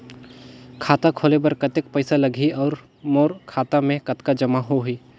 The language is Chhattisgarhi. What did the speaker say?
खाता खोले बर कतेक पइसा लगही? अउ मोर खाता मे कतका जमा होही?